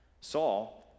Saul